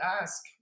ask